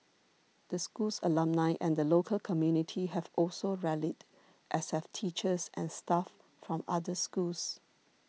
the school's alumni and the local community have also rallied as have teachers and staff from other schools